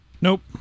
Nope